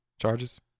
Charges